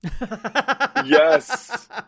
yes